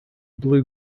blue